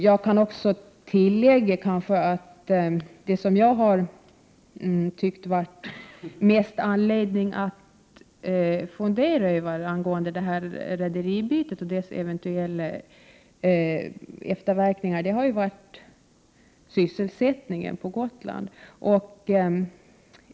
Beträffande rederibytet och dess eventuella efterverkningar kan jag kanske tillägga att man, enligt min mening, har haft mest anledning att fundera över sysselsättningen på Gotland.